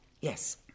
yes